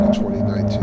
2019